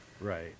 Right